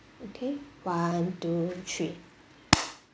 okay one two three